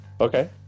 Okay